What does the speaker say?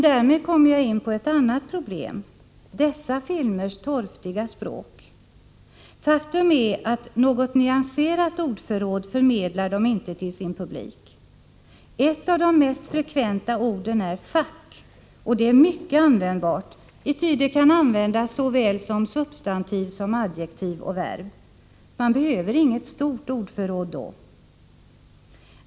Därmed kommer jag in på ett annat problem: dessa filmers torftiga språk. Faktum är att något nyanserat ordförråd förmedlar de inte till sin publik. Ett av de mest frekventa orden är ”fuck”, och det är mycket användbart, ity det kan användas som såväl substantiv som adjektiv och verb. Man behöver inget stort ordförråd då.